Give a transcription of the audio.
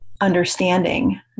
understanding